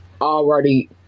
already